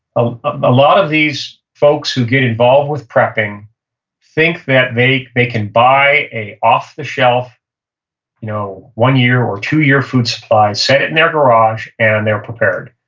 ah a lot of these folks who get involved with prepping think that they they can buy a off-the-shelf you know one year or two-year food supply, set it in their garage, and they're prepared.